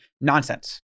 nonsense